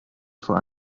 vor